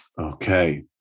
Okay